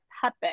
puppet